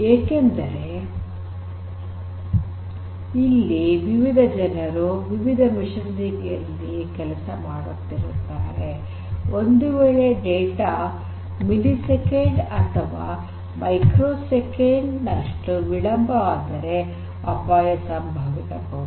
ಏಕೆಂದರೆ ಇಲ್ಲಿ ವಿವಿಧ ಜನರು ವಿವಿಧ ಯಂತ್ರೋಪಕರಣಗಳಲ್ಲಿ ಕೆಲಸವನ್ನು ನಿರ್ವಹಿಸುತ್ತಿರುತ್ತಾರೆ ಒಂದುವೇಳೆ ಡೇಟಾ ಮಿಲಿಸೆಕೆಂಡ್ ಅಥವಾ ಮೈಕ್ರೋಸೆಕೆಂಡ್ ನಷ್ಟು ವಿಳಂಬವಾಗಿ ಬಂದರೆ ಅಪಾಯ ಸಂಭವಿಸಬಹುದು